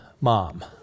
mom